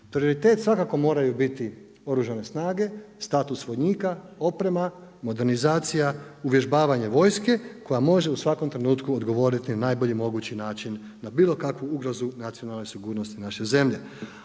Prioritet svakako moraju biti Oružane snage, status vojnika, oprema, modernizacija, uvježbavanje vojske koja može u svakom trenutku odgovoriti na najbolji mogući način, na bilo kakvu ugrozu nacionalne sigurnosti naše zemlje,